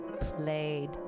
played